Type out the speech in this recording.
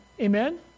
Amen